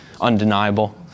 undeniable